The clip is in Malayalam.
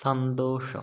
സന്തോഷം